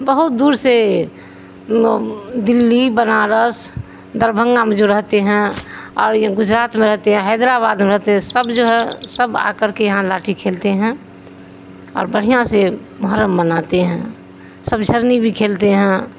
بہت دور سے وہ دلی بنارس دربھنگا میں جو رہتے ہیں اور یہ گجرات میں رہتے ہیں حیدرآباد میں رہتے سب جو ہے سب آ کر کے یہاں لاٹھی کھیلتے ہیں اور بڑھیا سے محرم مناتے ہیں سب جھرنی بھی کھیلتے ہیں